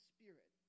Spirit